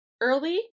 early